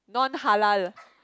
non-halal